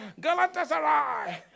Galatasaray